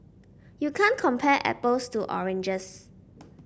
you can't compare apples to oranges